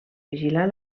vigilar